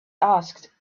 asked